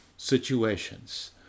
Situations